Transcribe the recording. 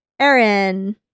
Aaron